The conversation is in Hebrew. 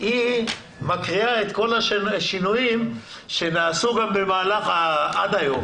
היא מקריאה את כל השינויים שנעשו גם עד היום.